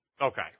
Okay